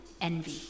envy